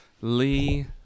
Lee